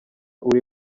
uri